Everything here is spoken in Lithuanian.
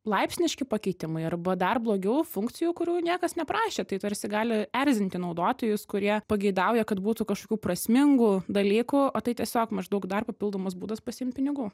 laipsniški pakeitimai arba dar blogiau funkcijų kurių niekas neprašė tai tarsi gali erzinti naudotojus kurie pageidauja kad būtų kažkokių prasmingų dalykų o tai tiesiog maždaug dar papildomas būdas pasiimti pinigų